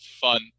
fun